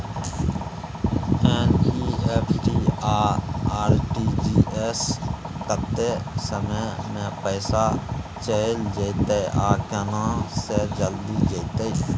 NEFT आ RTGS स कत्ते समय म पैसा चैल जेतै आ केना से जल्दी जेतै?